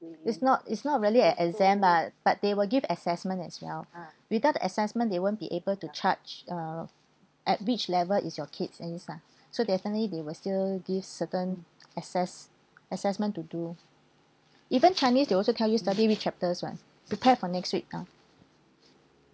it's not it's not really an exam but but they will give assessment as well without the assessment they won't be able to charge uh at which level is your kids at least ah so definitely they will still give certain access assessment to do even chinese they also tell you study which chapters one prepare for next week ah